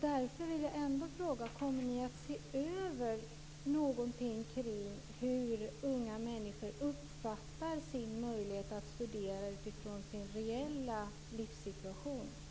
Därför vill jag fråga: Kommer ni att se över hur unga människor uppfattar sina möjligheter att studera utifrån sin reella livssituation?